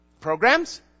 Programs